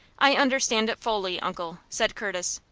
i understand it fully, uncle, said curtis.